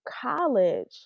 college